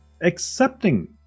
accepting